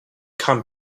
come